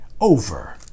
over